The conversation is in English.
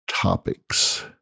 topics